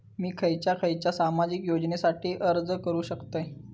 मी खयच्या खयच्या सामाजिक योजनेसाठी अर्ज करू शकतय?